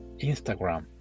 Instagram